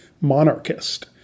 monarchist